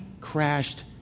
crashed